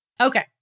Okay